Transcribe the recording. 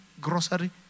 Grocery